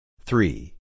Three